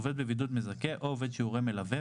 עובד בבידוד מזכה או עובד שהוא הורה מלווה,